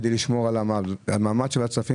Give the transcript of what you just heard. כדי לשמור על המעמד של ועדת הכספים.